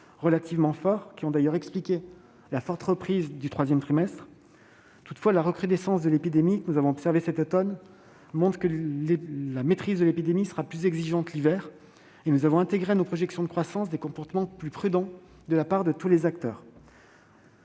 relativement fort, facteurs qui ont d'ailleurs expliqué la forte reprise du troisième trimestre. Toutefois, la recrudescence de l'épidémie cet automne montre que sa maîtrise sera plus exigeante cet hiver. Aussi avons-nous intégré à nos projections de croissance des comportements plus prudents de la part de tous les acteurs.